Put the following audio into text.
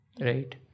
Right